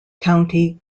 county